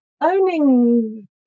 owning